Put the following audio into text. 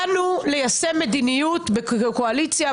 באנו ליישם מדיניות בקואליציה,